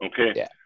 Okay